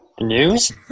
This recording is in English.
News